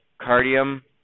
cardium